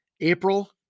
April